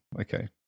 Okay